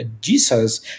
Jesus